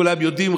כולם יודעים,